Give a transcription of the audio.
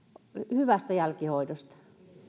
hyvästä jälkihoidosta